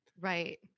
Right